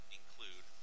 include